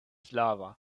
flava